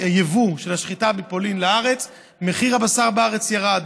הייבוא של השחיטה מפולין לארץ מחיר הבשר בארץ ירד.